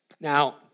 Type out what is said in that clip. Now